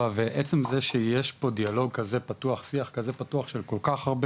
ועצם זה שיש פה דיאלוג ושיח כזה פתוח של כל כך הרבה